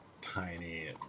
tiny